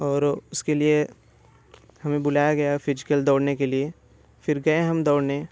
और उसके लिए हमें बुलाया गया फिजिकल दौड़ने के लिए फिर गए हम दौड़ने